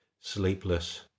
sleepless